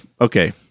okay